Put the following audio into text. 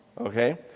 okay